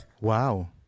Wow